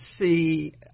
see